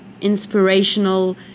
inspirational